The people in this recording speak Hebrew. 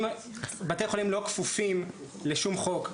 אם בתי חולים לא כפופים לשום חוק.